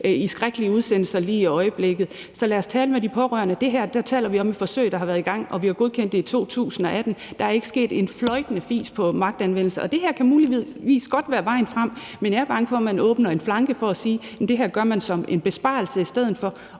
i skrækkelige udsendelser, lige i øjeblikket. Så lad os tale med de pårørende. Med det her taler vi om et forsøg, der har været i gang, og som vi har godkendt i 2018. Der er ikke sket en fløjtende fis på magtanvendelsesområdet, og det her kan muligvis godt være vejen frem, men jeg er bange for, at man åbner en flanke i forhold til at sige, at det her gør man som en besparelse i stedet for,